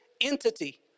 entity